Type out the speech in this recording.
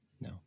No